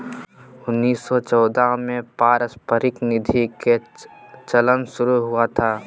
उन्नीस सौ चौदह में पारस्परिक निधि के चलन शुरू हुआ था